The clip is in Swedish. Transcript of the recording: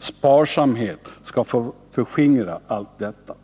”sparsamhet” skall få förskingra allt detta.